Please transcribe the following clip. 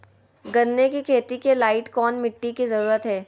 गन्ने की खेती के लाइट कौन मिट्टी की जरूरत है?